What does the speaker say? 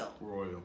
Royal